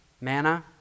Manna